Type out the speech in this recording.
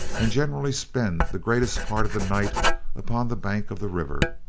and generally spend the greatest part of the night upon the bank of the river,